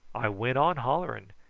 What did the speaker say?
i went on hollering,